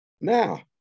Now